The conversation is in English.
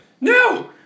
No